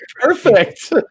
perfect